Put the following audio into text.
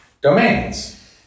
domains